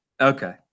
okay